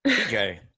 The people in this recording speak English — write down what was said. Okay